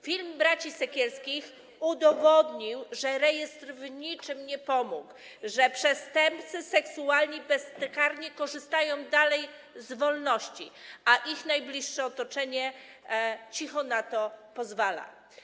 Film braci Sekielskich udowodnił, że rejestr w niczym nie pomógł, że przestępcy seksualni bezkarnie dalej korzystają z wolności, a ich najbliższe otoczenie cicho na to pozwala.